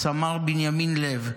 סמ"ר בנימין לב,